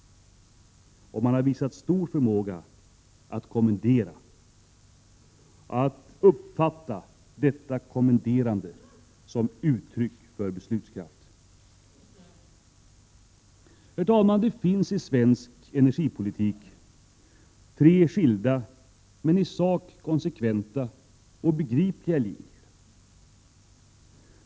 Och man har visat stor förmåga att kommendera och att framställa detta kommenderande som uttryck för beslutskraft. Herr talman! Det finns i svensk energipolitik tre skilda, men i sak konsekventa och begripliga linjer.